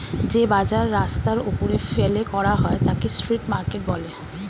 যে বাজার রাস্তার ওপরে ফেলে করা হয় তাকে স্ট্রিট মার্কেট বলে